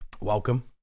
welcome